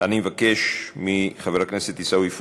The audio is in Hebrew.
אני מבקש מחבר הכנסת עיסאווי פריג'